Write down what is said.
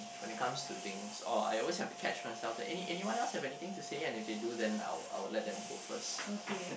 when it comes to things or I always have to catch myself any anyone else have anything to say and if they do then I will I will let them go first because